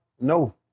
No